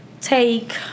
take